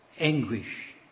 anguish